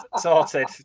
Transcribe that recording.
Sorted